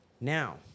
Now